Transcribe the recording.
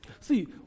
See